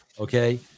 Okay